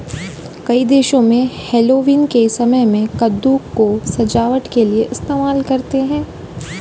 कई देशों में हैलोवीन के समय में कद्दू को सजावट के लिए इस्तेमाल करते हैं